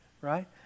right